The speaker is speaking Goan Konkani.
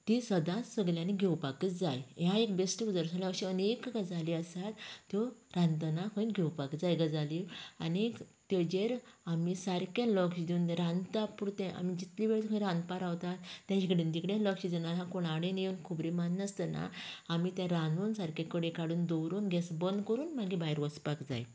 ती सदांच सगल्यांनी घेवपाकच जाय ह्या एक बेश्टें उदाहरण अशें अनेक गजाली आसात त्यो रांदतना खंय घेवपाक जाय गजाल्यो आनी तेजेर आमी सारकें लक्ष दिवन रांदता पुरतें आमी जितली वेळ थंय रांदपाक रावता तें हिकडेन तिकडेन कोनाडेन खंय खबरी मारनासतना आमी तें रांदून सारकें कडेक काडून दवरून गॅस बंद करून मागीर भायर वचपाक जाय